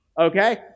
okay